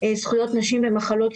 זכויות נשים במחלות...